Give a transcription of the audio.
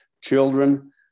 Children